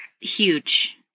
huge